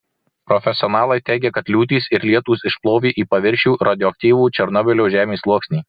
profesionalai teigia kad liūtys ir lietūs išplovė į paviršių radioaktyvų černobylio žemės sluoksnį